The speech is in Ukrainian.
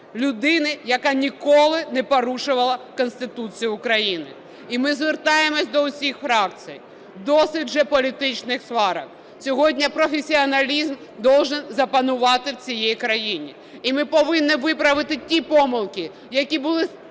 Людини, яка ніколи не порушувала Конституцію України. І ми звертаємось до усіх фракцій: досить вже політичних сварок, сьогодні професіоналізм должен запанувати в цій країні. І ми повинні виправити ті помилки, які були